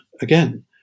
again